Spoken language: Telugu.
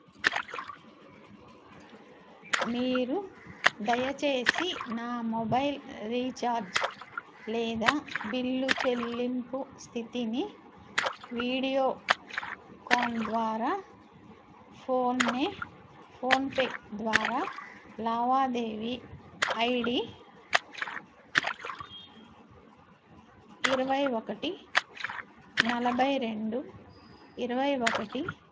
మీరు దయచేసి నా మొబైల్ రీఛార్జ్ లేదా బిల్లు చెల్లింపు స్థితిని వీడియోకాన్ ద్వారా ఫోన్నే ఫోన్పే ద్వారా లావాదేవీ ఐడి ఇరవై ఒకటి నలభై రెండు ఇరవై ఒకటి